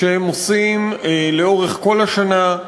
שהם עושים לאורך כל השנה,